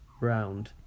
round